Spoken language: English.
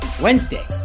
Wednesday